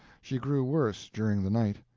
she grew worse during the night.